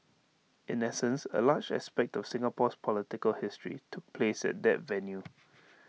in essence A large aspect of Singapore's political history took place at that venue